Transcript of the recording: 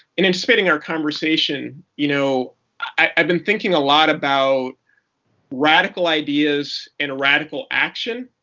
in anticipating our conversation, you know i've been thinking a lot about radical ideas and radical action.